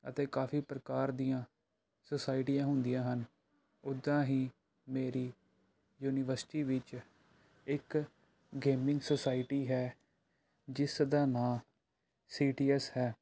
ਅਤੇ ਕਾਫੀ ਪ੍ਰਕਾਰ ਦੀਆਂ ਸੁਸਾਇਟੀਆਂ ਹੁੰਦੀਆਂ ਹਨ ਉੱਦਾਂ ਹੀ ਮੇਰੀ ਯੂਨੀਵਰਸਿਟੀ ਵਿੱਚ ਇੱਕ ਗੇਮਿੰਗ ਸੋਸਾਇਟੀ ਹੈ ਜਿਸ ਦਾ ਨਾਂ ਸੀ ਟੀ ਐਸ ਹੈ